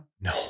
No